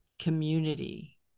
community